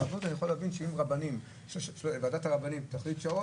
או במצב שיש בו עבירה פלילית וגם יש עליה כבר